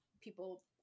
people